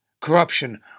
corruption